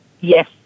Yes